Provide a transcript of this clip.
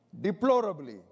deplorably